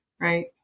right